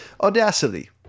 Audacity